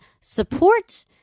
support